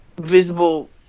Visible